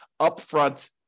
upfront